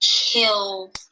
kill